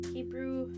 Hebrew